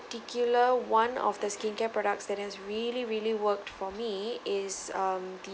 particular one of the skincare products that has really really worked for me is um the